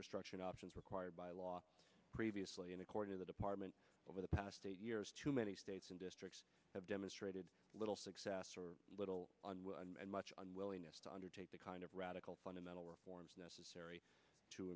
restructuring options required by law previously and according to the department over the past eight years too many states and districts have demonstrated little success or little and much unwillingness to undertake the kind of radical fundamental reforms necessary to